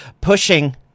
pushing